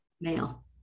male